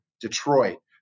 Detroit